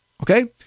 Okay